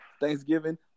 Thanksgiving